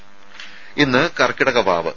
രുമ ഇന്ന് കർക്കിടക വാവ്